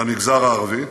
במגזר הערבי,